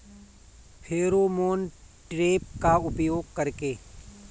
Pheromone trap का उपयोग कर के?